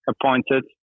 appointed